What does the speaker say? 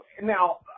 now